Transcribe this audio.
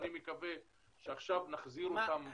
אני מקווה שעכשיו נחזיר את כולם,